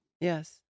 yes